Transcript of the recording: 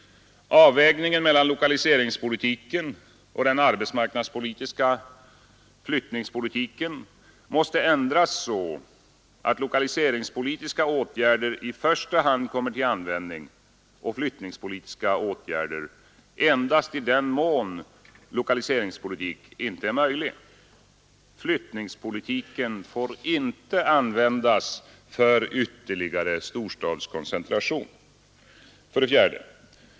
Avvägningen mellan lokaliseringspolitiken och den arbetsmarknadspolitiska flyttningspolitiken måste ändras så att lokaliseringspolitiska åtgärder i första hand kommer till användning och flyttningspolitiska åtgärder endast i den mån lokaliseringspolitik inte är möjlig. Flyttningspolitiken får inte användas för ytterligare storstadskoncentration. 4.